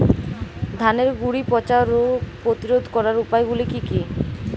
ধানের গুড়ি পচা রোগ প্রতিরোধ করার উপায়গুলি কি কি?